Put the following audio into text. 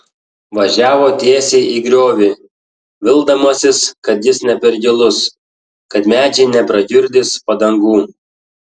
važiavo tiesiai į griovį vildamasis kad jis ne per gilus kad medžiai neprakiurdys padangų